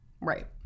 Right